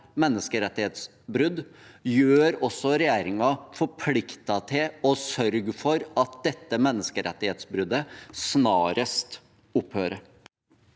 menneskerettighetsbrudd, gjør også regjeringen forpliktet til å sørge for at dette menneskerettighetsbruddet snarest opphører.